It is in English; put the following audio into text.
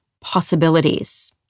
possibilities